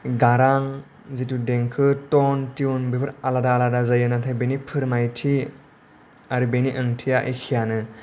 गारां जितु देंखो टन ट्युन बेफोर आलादा आलादा जायो नाथाय बेनि फोरमायथि आरो बेनि ओंथिआ एखेआनो